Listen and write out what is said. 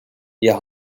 ihr